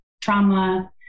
trauma